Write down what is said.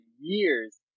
years